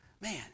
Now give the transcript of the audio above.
Man